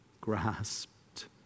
grasped